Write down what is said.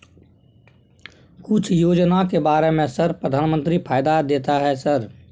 कुछ योजना के बारे में सर प्रधानमंत्री फायदा देता है सर?